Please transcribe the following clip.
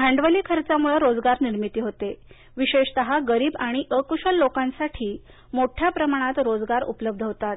भांडवली खर्चामुळे रोजगार निर्मिती होते विशेषत गरीब आणि अकुशल लोकांसाठी मोठ्या प्रमाणात रोजगार उपलब्ध होतात